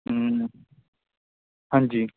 ਹਾਂਜੀ